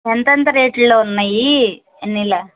ఎంత ఎంత రేట్లలో ఉన్నాయి ఎన్ని